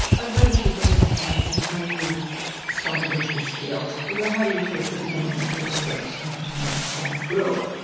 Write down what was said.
i've read a few different accounts of how you stumbled into this field. how do you trace the beginnings of your research into traumatic stress? well, it